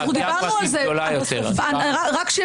אנחנו דיברנו על זה.